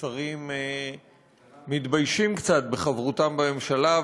ששרים מתביישים קצת בחברותם בממשלה,